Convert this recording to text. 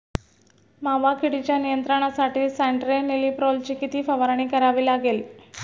मावा किडीच्या नियंत्रणासाठी स्यान्ट्रेनिलीप्रोलची किती फवारणी करावी लागेल?